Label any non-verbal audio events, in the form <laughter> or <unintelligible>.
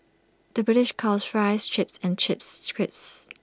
the British calls Fries Chips and chips <unintelligible> crisps